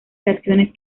reacciones